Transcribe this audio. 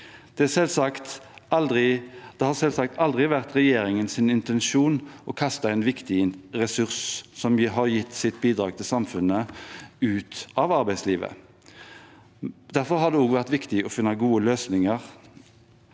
Det har selvsagt aldri vært regjeringens intensjon å kaste en viktig ressurs som har gitt sitt bidrag til samfunnet, ut av arbeidslivet. Derfor har det også vært viktig å finne gode løsninger.